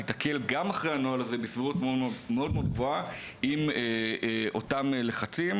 תיתקל בסבירות גבוהה באותם הלחצים.